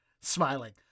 smiling